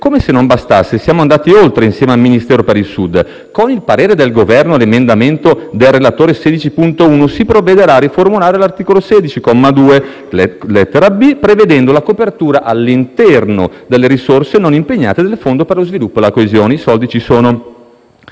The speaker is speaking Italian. Come se non bastasse, siamo andati oltre insieme al Ministero per il Sud: con il parere del Governo all'emendamento dei relatori 16.1, si provvederà a riformulare l'articolo 16, comma 2, lettera *b)*, del decreto-legge n. 109, prevedendo la copertura all'interno delle risorse non impegnate del Fondo per lo sviluppo e la coesione. I soldi ci sono.